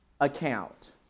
account